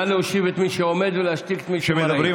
נא להושיב את מי שעומד ולהשתיק את מי שמדבר.